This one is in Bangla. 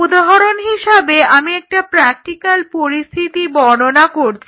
উদাহরণ হিসেবে আমি একটা প্র্যাকটিকাল পরিস্থিতি বর্ণনা করছি